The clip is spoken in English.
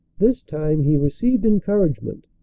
this time he received encouragement,